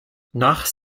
nach